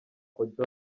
uncle